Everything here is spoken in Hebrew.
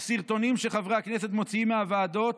או רןאה סרטונים שחברי כנסת מוציאים מהוועדות,